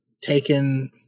taken